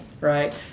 right